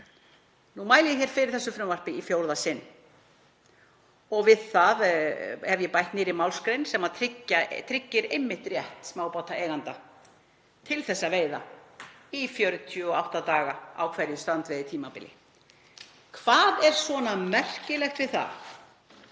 Nú mæli ég fyrir þessu frumvarpi í fjórða sinn og við það hef ég bætt nýrri málsgrein sem tryggir einmitt rétt smábátaeigenda til að veiða í 48 daga á hverju strandveiðitímabili. Hvað er svona merkilegt við það?